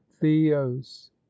theos